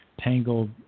Tangled